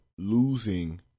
Losing